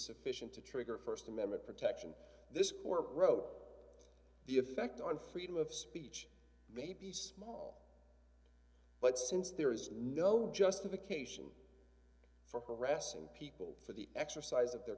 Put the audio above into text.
sufficient to trigger a st amendment protection this court wrote the effect on freedom of speech may be small but since there is no justification for harassing people for the exercise of their